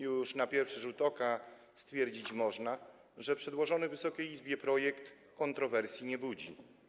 Już na pierwszy rzut oka stwierdzić można, że przedłożony Wysokiej Izbie projekt kontrowersji nie budzi.